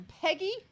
Peggy